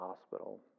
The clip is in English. hospital